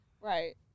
Right